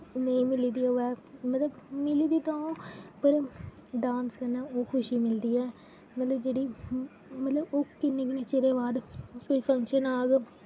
नेईं मिली दी होऐ मतलब मिली दी ते ओह् पर डांस कन्नै खुशी मिलदी ऐ मतलब जेह्ड़ी मतलब ओह् किन्ने किन्ने चिरे बाद कोई फंक्शन आग